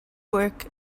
work